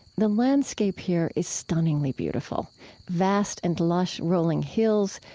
the landscape here is stunningly beautiful vast and lush rolling hills,